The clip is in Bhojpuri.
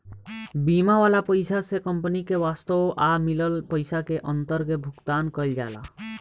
बीमा वाला पइसा से कंपनी के वास्तव आ मिलल पइसा के अंतर के भुगतान कईल जाला